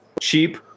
cheap